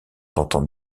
tentant